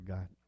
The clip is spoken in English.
God